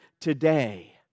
today